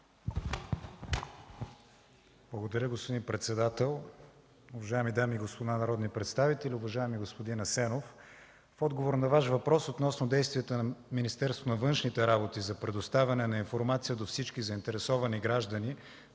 Благодаря, господин председател. Уважаеми дами и господа народни представители, уважаеми господин Асенов, в отговор на Ваш въпрос относно действията на Министерството на външните работи за предоставяне на информация до всички заинтересовани граждани